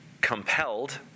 compelled